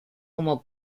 como